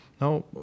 Now